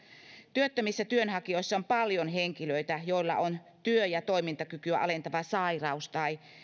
työttömissä työnhakijoissa on paljon henkilöitä joilla on työ ja toimintakykyä alentava sairaus tai